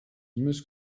més